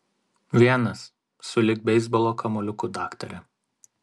vienas sulig beisbolo kamuoliuku daktare